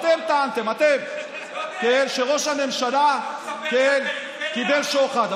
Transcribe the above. הרי אתם טענתם שראש הממשלה קיבל שוחד,